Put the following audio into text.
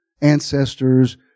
ancestors